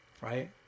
Right